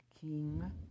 King